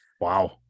Wow